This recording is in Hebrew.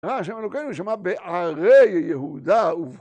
אה, השם הלוקחים הוא שמע בערי יהודה ובקר.